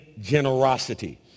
generosity